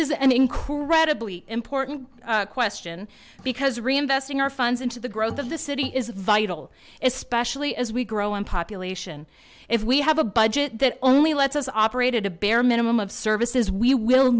an incredibly important question because reinvesting our funds into the growth of the city is vital especially as we grow in population if we have a budget that only lets us operated a bare minimum of services we will